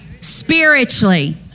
Spiritually